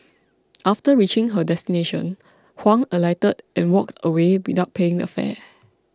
after reaching her destination Huang alighted and walked away without paying the fare